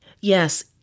Yes